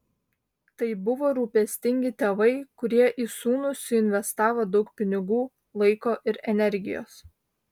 tai buvo rūpestingi tėvai kurie į sūnų suinvestavo daug pinigų laiko ir energijos